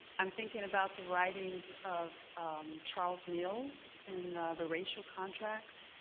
i'm thinking about the writings of charles meals in the racial contract.